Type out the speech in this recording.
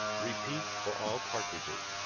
repeat for all cartridges.